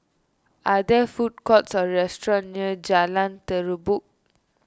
are there food courts or restaurants near Jalan Terubok